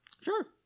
Sure